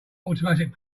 automatic